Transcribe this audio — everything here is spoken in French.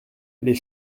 les